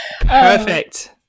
Perfect